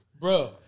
Bro